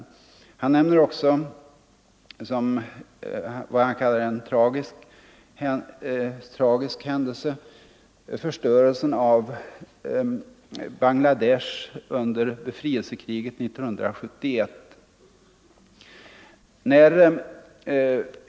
Meyer nämner också vad han kallar en särskilt tragisk händelse: förstörelsen av Bangladesh under befrielsekriget 1971.